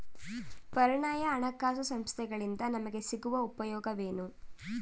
ಪರ್ಯಾಯ ಹಣಕಾಸು ಸಂಸ್ಥೆಗಳಿಂದ ನಮಗೆ ಸಿಗುವ ಉಪಯೋಗವೇನು?